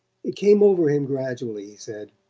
it came over him gradually, he said.